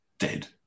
dead